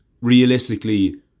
realistically